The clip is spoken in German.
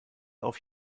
auf